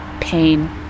pain